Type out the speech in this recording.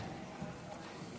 כנסת נכבדה,